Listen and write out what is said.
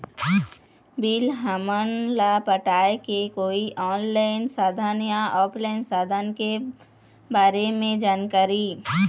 Bill हमन ला पटाए के कोई ऑनलाइन साधन या ऑफलाइन साधन के बारे मे जानकारी?